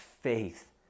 faith